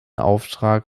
auftrag